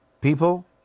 people